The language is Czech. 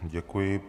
Děkuji.